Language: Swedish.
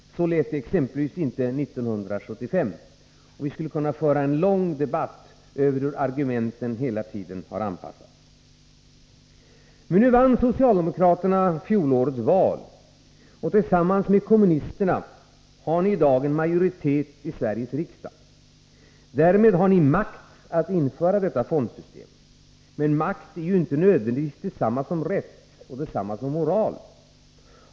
Så lät det exempelvis inte 1975. Vi skulle kunna föra en lång debatt om hur argumenten hela tiden har anpassats. Men nu vann socialdemokraterna fjolårets val. Tillsammans med kommunisterna har ni i dag en majoritet i Sveriges riksdag. Därmed har ni makt att införa detta fondsystem. Men makt är nödvändigtvis inte detsamma som rätt och moral.